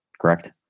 Correct